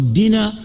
dinner